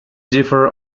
differ